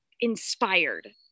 inspired